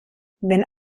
wenn